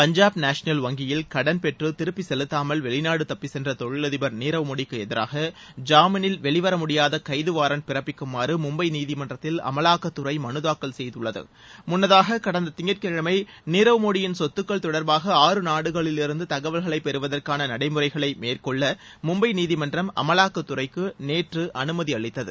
Punjab national வங்கியில் கடன் பெற்று திருப்பி செலுத்தாமல் வெளிநாடு தப்பிச்சென்ற தொழிலதிபர் நீரவ் மோடிக்கு எதிராக ஜாமீனில் வெளிவர முடியாத கைது வாரண்ட் பிறப்பிக்குமாறு மும்பை நீதிமன்றத்தில் அமலாக்கத்துறை மனுதாக்கல் செய்துள்ளது முன்னதாக கடந்த திங்கட்கிழமை நீரவ் மோடியின் சொத்துக்கள் தொடர்பாக ஆறு நாடுகளிலிருந்து தகவல்களை பெறுவதற்கான நடைமுறைகளை மேற்கொள்ள மும்பை நீதிமன்றம் அமலாக்கத்துறைக்கு நேற்று அனுமதி அளித்தது